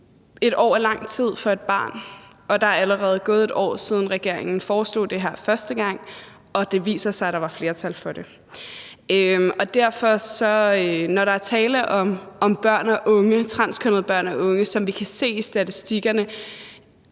Et år er lang tid for et barn, og der er allerede gået et år, siden regeringen foreslog det her første gang og det viste sig, at der var flertal for det. Der er tale om transkønnede børn og unge, som vi kan se i statistikkerne